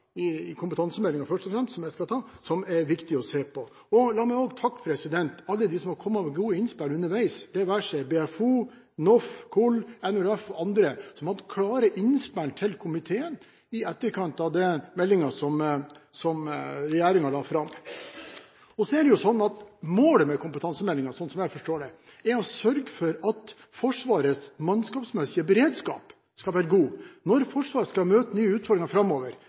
først og fremst skal nevne, og som det er viktig å se på. La meg også takke alle dem som har kommet med gode innspill underveis – det være seg BFO, NOF, KOL, NROF og andre – eller som har hatt klare innspill til komiteen i etterkant av den meldingen som regjeringen har lagt fram. Målet med kompetansemeldingen, slik jeg forstår det, er å sørge for at Forsvarets mannskapsmessige beredskap er god. Når Forsvaret skal møte nye utfordringer framover,